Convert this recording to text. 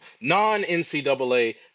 non-NCAA